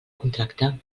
contracte